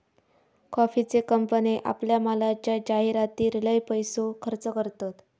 कॉफीचे कंपने आपल्या मालाच्या जाहीरातीर लय पैसो खर्च करतत